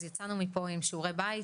אז יצאנו מפה עם שיעורי בית,